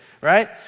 right